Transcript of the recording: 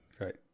Right